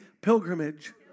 pilgrimage